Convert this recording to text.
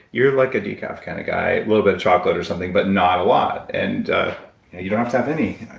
you're like a decaf kind of guy, a little bit of chocolate or something, but not a lot. and you don't have to have any.